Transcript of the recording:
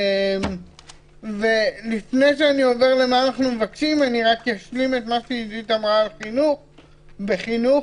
אשלים את מה שעדית אמרה על החינוך - בחינוך